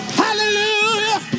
hallelujah